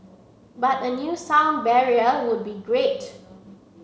but a new sound barrier would be great